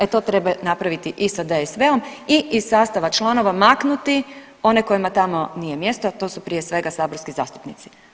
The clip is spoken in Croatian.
E to treba napraviti i sa DSV-om i iz sastava članova maknuti one kojima tamo nije mjesto, a to su prije svega saborski zastupnici.